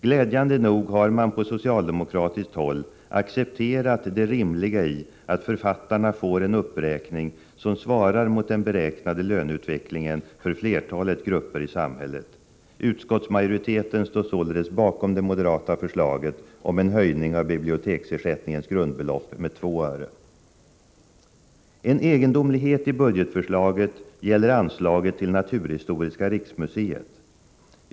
Glädjande nog har man på socialdemokratiskt håll accepterat det rimliga i att författarna får en uppräkning som svarar mot den beräknade löneutvecklingen för flertalet grupper i samhället. Utskottsmajoriteten står således bakom det moderata förslaget om en höjning av biblioteksersättningens grundbelopp med 2 öre. En egendomlighet i budgetförslaget gäller anslaget till Naturhistoriska riksmuseet.